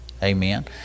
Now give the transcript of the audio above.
Amen